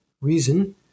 reason